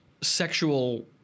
sexual